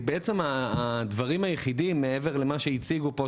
הדברים היחידים מעבר למה שהציגו כאן,